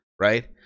Right